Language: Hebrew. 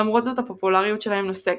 למרות זאת הפופולריות שלהם נוסקת,